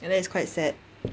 and then it's quite sad